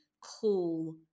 cool